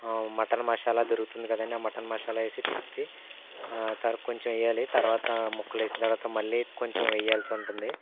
mutton masala దొరుకుతుంది కదండీ ఆ మటన్ మసాలా వేసి తిప్పి తర్వాత కొంచెం వెయ్యాలి తర్వాత ముక్కలు వేసినా తర్వాత మళ్ళీ కొంచెం వేయాల్సి ఉంటుంది